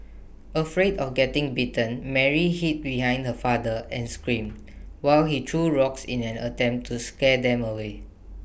afraid of getting bitten Mary hid behind her father and screamed while he threw rocks in an attempt to scare them away